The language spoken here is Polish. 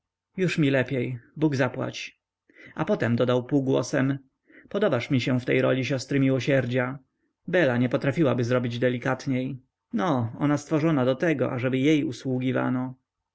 już mi lepiej bóg zapłać a potem dodał półgłosem podobasz mi się w tej roli siostry miłosierdzia bela nie potrafiłaby zrobić delikatniej no ona stworzona do tego ażeby jej